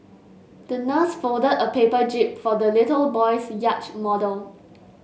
the nurse folded a paper jib for the little boy's yacht model